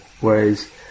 whereas